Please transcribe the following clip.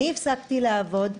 אני הפסקתי לעבוד.